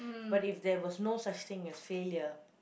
but if there was no such thing as failure